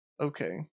Okay